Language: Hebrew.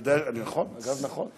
נכון, אגב, נכון.